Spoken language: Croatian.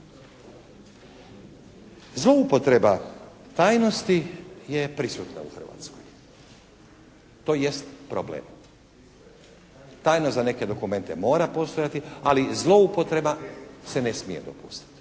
Zloupotreba tajnosti je prisutna u Hrvatskoj. To jest problem. Tajnost za neke dokumente mora postojati, ali zloupotreba se ne smije dopustiti.